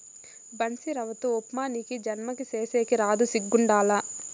బన్సీరవ్వతో ఉప్మా నీకీ జన్మకి సేసేకి రాదు సిగ్గుండాల